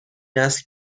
نسل